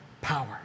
power